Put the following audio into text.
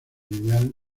ideal